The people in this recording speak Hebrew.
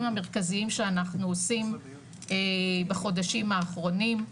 המרכזיים שאנחנו עושים בחודשים האחרונים: